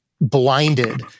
blinded